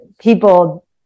people